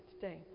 today